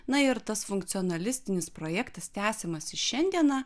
na ir tas funkcionalistinis projektas tęsiamas ir šiandieną